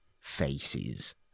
faces